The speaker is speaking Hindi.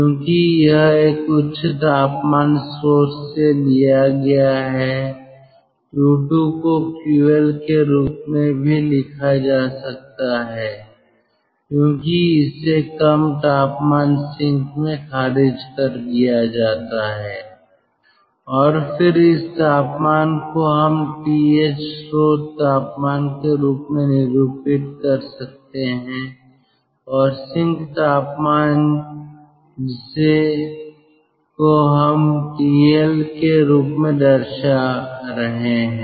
क्योंकि यह एक उच्च तापमान स्रोत से लिया गया है Q2 को QL के रूप में भी लिखा जा सकता है क्योंकि इसे कम तापमान सिंक में खारिज कर दिया जाता है और फिर इस तापमान को हम TH स्रोत तापमान के रूप में निरूपित कर सकते हैं और सिंक तापमान जिसे को हम TL के रूप में दर्शा रहे हैं